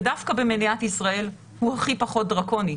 ודווקא במדינת ישראל הוא הכי פחות דרקוני,